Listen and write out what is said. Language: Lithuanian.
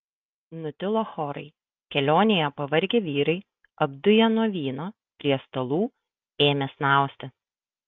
nutilo chorai kelionėje pavargę vyrai apduję nuo vyno prie stalų ėmė snausti